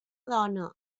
dona